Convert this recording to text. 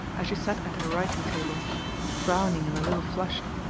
as she sat at her writing-table, frowning and a little flushed,